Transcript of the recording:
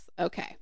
Okay